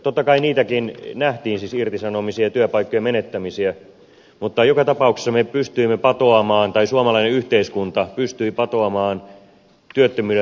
totta kai irtisanomisia ja työpaikkojen menettämisiä nähtiin mutta joka tapauksessa suomalainen yhteiskunta pystyi patoamaan työttömyyden räjähtämisen käsiin